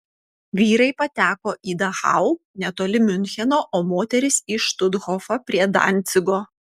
vyrai pateko į dachau netoli miuncheno o moterys į štuthofą prie dancigo